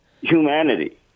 Humanity